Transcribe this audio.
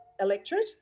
electorate